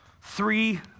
three